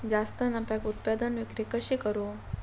जास्त नफ्याक उत्पादन विक्री कशी करू?